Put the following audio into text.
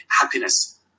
happiness